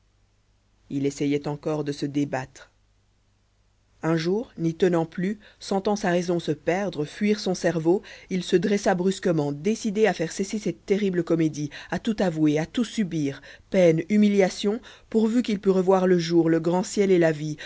il essayait encore de se débattre un jour n'y tenant plus sentant sa raison se perdre fuir son cerveau il se dressa brusquement décidé à faire cesser cette terrible comédie à tout avouer à tout subir peines humiliations pourvu qu'il pût revoir le jour le grand ciel et la vie